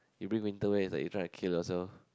you bring winter wear is like you're trying to kill yourself